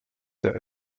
der